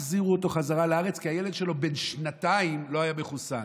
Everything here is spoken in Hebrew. החזירו אותו חזרה כי הילד שלו בן השנתיים לא היה מחוסן.